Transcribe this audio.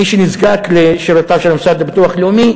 מי שנזקק לשירותיו של המוסד לביטוח לאומי,